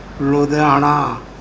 Ludhiana